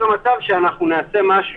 אני עדיין חושב שאם אנחנו מדברים על תוכניות